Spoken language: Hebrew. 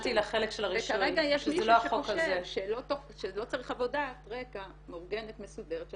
יש שונות מאוד מאוד גדולה בין מה שכתוב כאן